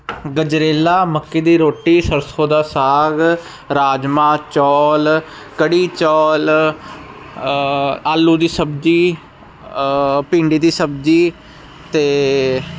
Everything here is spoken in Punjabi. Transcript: ਗਜਰੇਲਾ ਮੱਕੀ ਦੀ ਰੋਟੀ ਸਰਸੋਂ ਦਾ ਸਾਗ ਰਾਜਮਾ ਚੌਲ ਕੜੀ ਚੌਲ ਆਲੂ ਦੀ ਸਬਜ਼ੀ ਭਿੰਡੀ ਦੀ ਸਬਜ਼ੀ ਤੇ